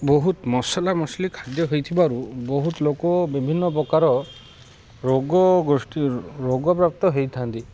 ବହୁତ ମସଲାମସଲି ଖାଦ୍ୟ ହେଇଥିବାରୁ ବହୁତ ଲୋକ ବିଭିନ୍ନ ପ୍ରକାର ରୋଗ ଗୋଷ୍ଠୀରୁ ରୋଗପ୍ରାପ୍ତ ହୋଇଥାନ୍ତି